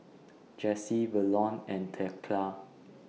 Jessi Verlon and Thekla